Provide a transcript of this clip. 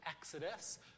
Exodus